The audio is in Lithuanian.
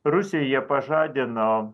rusijoj jie pažadino